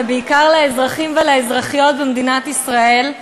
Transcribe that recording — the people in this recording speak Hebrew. ובעיקר לאזרחים ולאזרחיות במדינת ישראל,